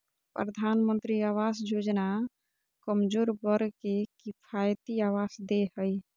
प्रधानमंत्री आवास योजना कमजोर वर्ग के किफायती आवास दे हइ